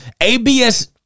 ABS